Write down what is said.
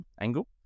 angle